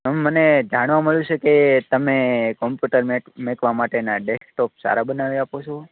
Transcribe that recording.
તમે મને જાણવા મળશે કે તમે કોમ્પ્યુટર મુકવા માટેના ડેક્સટોપ સારા બનાવી આપો છો